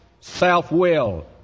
self-will